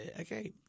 okay